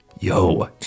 Yo